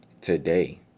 today